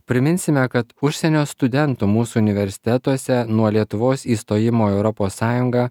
priminsime kad užsienio studentų mūsų universitetuose nuo lietuvos įstojimo į europos sąjungą